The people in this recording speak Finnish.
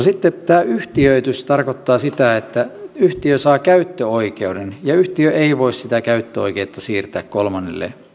sitten tämä yhtiöitys tarkoittaa sitä että yhtiö saa käyttöoikeuden ja yhtiö ei voi sitä käyttöoikeutta siirtää kolmannelle osapuolelle